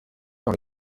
dans